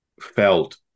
felt